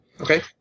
Okay